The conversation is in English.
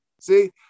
See